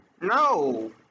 No